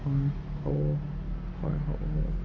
হ'ব হয় হ'ব